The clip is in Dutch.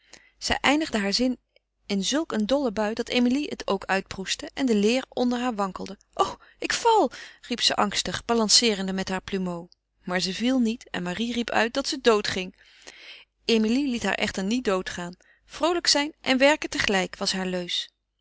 zij eindigde haar zin in zulk een dolle bui dat emilie het ook uitproestte en de leer onder haar wankelde o ik val riep ze angstig balanceerende met haar plumeau maar ze viel niet en marie riep uit dat ze dood ging emilie liet haar echter niet doodgaan vroolijk zijn en werken tegelijk was haar leus